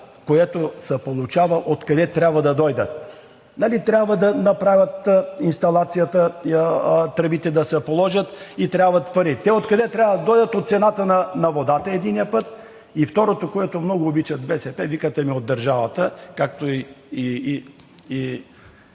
който се получава откъде трябва да дойдат – нали трябва да направят инсталацията, тръбите да се положат и трябват пари. Те откъде трябва да дойдат? От цената на водата, единия път, и, второто, което от БСП много обичат – те викат: „Ами от държавата“, както и